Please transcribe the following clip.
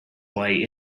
way